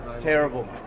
Terrible